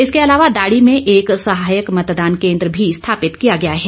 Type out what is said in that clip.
इसके अलावा दाड़ी में एक सहायक मतदान केन्द्र भी स्थापित किया गया है